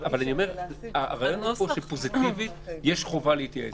אבל הרעיון פה שפוזיטיבית יש חובה להתייעץ איתם.